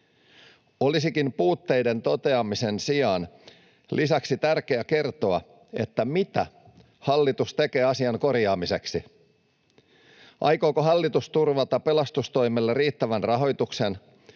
Olisikin puutteiden toteamisen sijaan lisäksi tärkeää kertoa, mitä hallitus tekee asian korjaamiseksi. Aikooko hallitus turvata pelastustoimelle riittävän rahoituksen